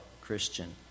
Christian